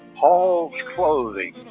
hall's clothing